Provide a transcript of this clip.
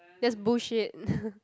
just bullshit